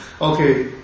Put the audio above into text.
Okay